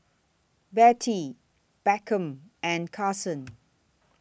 Bettye Beckham and Karson